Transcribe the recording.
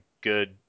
good